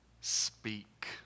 speak